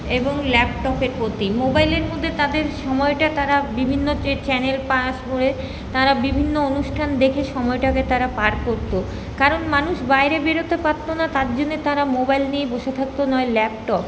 এবং ল্যাপটপের প্রতি মোবাইলের মধ্যে তাদের সময়টা তারা বিভিন্ন যে চ্যানেল পাস করে তারা বিভিন্ন অনুষ্ঠান দেখে সময়টাকে তারা পার করত কারণ মানুষ বাইরে বেরোতে পারত না তার জন্যে তারা মোবাইল নিয়ে বসে থাকতো নয় ল্যাপটপ